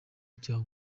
icyaha